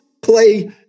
play